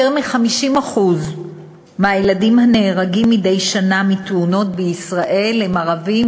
יותר מ-50% מהילדים הנהרגים מדי שנה בתאונות בישראל הם ערבים,